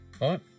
right